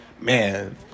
man